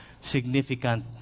significant